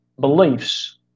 beliefs